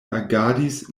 agadis